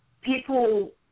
people